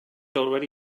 already